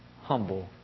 humble